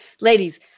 ladies